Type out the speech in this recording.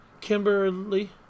Kimberly